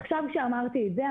עכשיו כשאמרתי את זה,